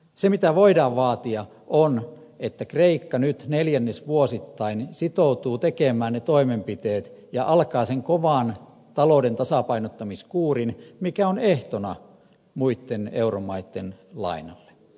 se mitä voidaan vaatia on että kreikka nyt neljännesvuosittain sitoutuu tekemään ne toimenpiteet ja alkaa sen kovan talouden tasapainottamiskuurin mikä on ehtona muitten euromaitten lainalle